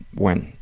when?